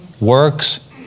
works